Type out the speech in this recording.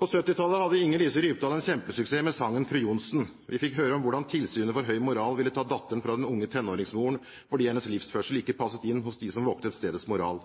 På 1970-tallet hadde Inger Lise Rypdal en kjempesuksess med sangen «Fru Johnsen». Vi fikk høre om hvordan «Tilsynet for høg moral» ville ta datteren fra den unge tenåringsmoren fordi hennes livsførsel ikke passet inn hos dem som voktet stedets moral.